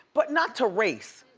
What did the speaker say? but not to race.